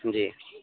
جی